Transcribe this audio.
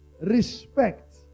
respect